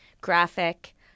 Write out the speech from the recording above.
Graphic